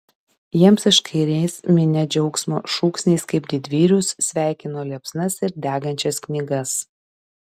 jiems iš kairės minia džiaugsmo šūksniais kaip didvyrius sveikino liepsnas ir degančias knygas